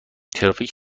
ترافیک